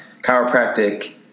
chiropractic